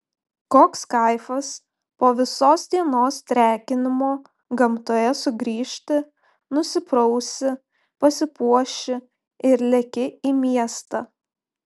koks kaifas po visos dienos trekinimo gamtoje sugrįžti nusiprausi pasipuoši ir leki į miestą